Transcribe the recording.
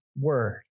word